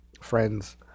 friends